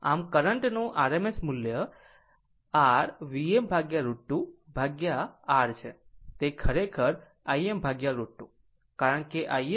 આમ કરંટ નું RMS મૂલ્ય આર vm √ 2 ભાગ્યા R છે તે ખરેખર Im√ 2